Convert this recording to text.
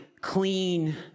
clean